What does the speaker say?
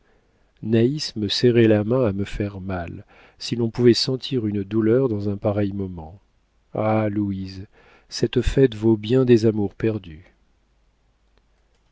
naïs me serrait la main à me faire mal si l'on pouvait sentir une douleur dans un pareil moment ah louise cette fête vaut bien des amours perdues